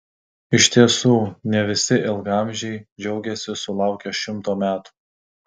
iš tiesų ne visi ilgaamžiai džiaugiasi sulaukę šimto metų